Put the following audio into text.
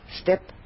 Step